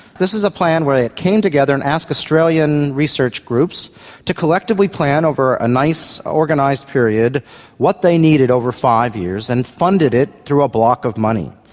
this is a plan where it came together and asked australian research groups to collectively plan over a nice organised period what they needed over five years and funded it through a block of money.